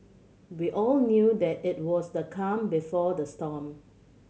we all knew that it was the calm before the storm